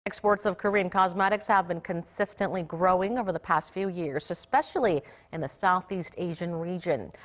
exports of korean cosmetics have been consistently growing over the past few years, especially in the southeast asian region.